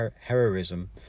heroism